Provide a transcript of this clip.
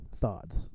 thoughts